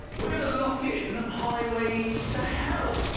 we're going to lock in highway to hell.